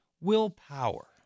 willpower